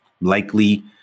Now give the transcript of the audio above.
likely